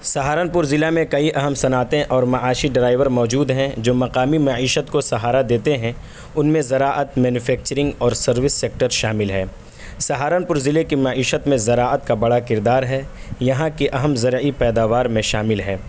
سہارنپور ضلع میں کئی اہم صنعتیں اور معاشی ڈرائیور موجود ہیں جو مقامی معیشت کو سہارا دیتے ہیں ان میں زراعت مینوفیکچرنگ اور سروس سیکٹر شامل ہے سہارنپور ضلع کے معیشت میں زراعت کا بڑا کردار ہے یہاں کی اہم زرعی پیداوار میں شامل ہے